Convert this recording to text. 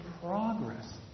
progress